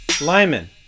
Lyman